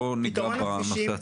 בוא ניגע בנושא עצמו.